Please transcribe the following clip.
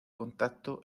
contacto